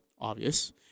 obvious